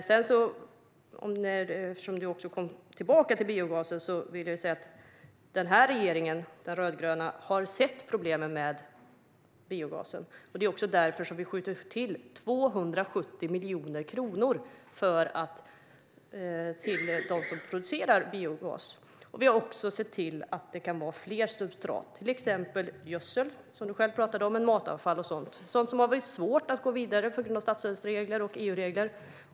Eftersom Gunilla Nordgren kom tillbaka till biogasen vill jag säga att den rödgröna regeringen har sett problemen med detta, och det är också därför vi skjuter till 270 miljoner kronor till dem som producerar biogas. Vi har även sett till att det kan vara fler substrat - till exempel gödsel, som Gunilla Nordgren själv pratade om - liksom matavfall och sådant som har varit svårt att gå vidare med på grund av statsstöds och EU-regler.